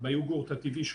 84% ביוגורט הטבעי.